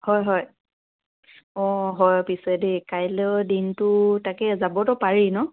হয় হয় অ' হয় পিছে দেই কাইলৈ দিনটো তাকে যাবতো পাৰি ন